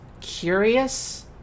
curious